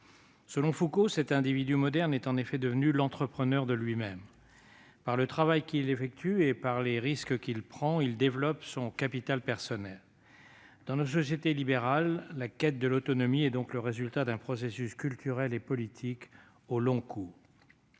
Selon Foucault, cet individu moderne est en effet devenu l'entrepreneur de lui-même. Par le travail qu'il effectue et par les risques qu'il prend, il développe son capital personnel. Dans nos sociétés libérales, la quête de l'autonomie est donc le résultat d'un processus culturel et politique au long cours.